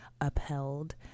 upheld